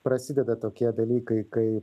prasideda tokie dalykai kai